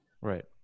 Right